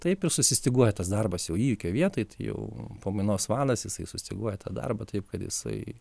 nu taip ir sustyguoja tas darbas jau įvykio vietoj tai jau pamainos vadas jisai sustyguoja tą darbą taip kad jisai